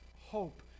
hope